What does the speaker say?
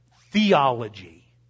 theology